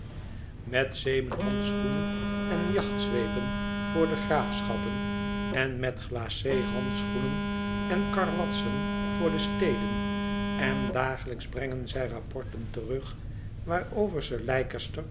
met zeemen handschoenen en jachtzweepen voor de graafschappen en met glacé handschoenen en karwatsen voor de steden en dagelijks brengen zij rapporten terug waarover sir